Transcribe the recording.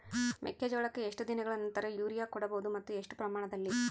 ಮೆಕ್ಕೆಜೋಳಕ್ಕೆ ಎಷ್ಟು ದಿನಗಳ ನಂತರ ಯೂರಿಯಾ ಕೊಡಬಹುದು ಮತ್ತು ಎಷ್ಟು ಪ್ರಮಾಣದಲ್ಲಿ?